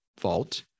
vault